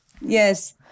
Yes